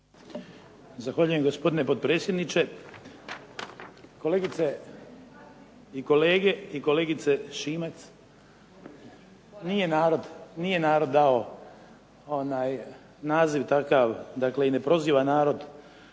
Zahvaljujem. Gospodine potpredsjedniče, kolegice i kolege. I kolegice Šimac, nije narod dao naziv takav i ne proziva narod